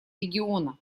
региона